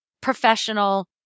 professional